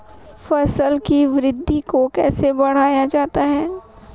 फसल की वृद्धि को कैसे बढ़ाया जाता हैं?